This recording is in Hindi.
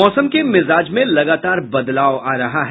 मौसम के मिजाज में लगातार बदलाव आ रहा है